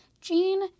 Jean